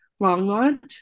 Longmont